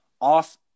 off